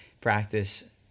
practice